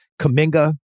Kaminga